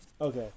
Okay